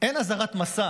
אין אזהרת מסע